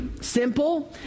simple